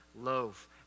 loaf